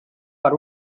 per